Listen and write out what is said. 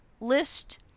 list